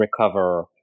recover